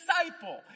disciple